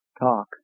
Talk